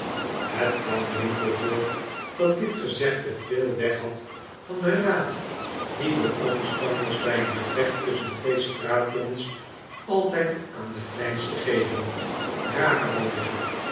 het kwam winkle voor dat dit gezegde veel weg had van den raad dien de omstanders bij een gevecht tusschen twee straatjongens altijd aan den kleinste geven raak hem mannetjel